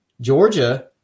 Georgia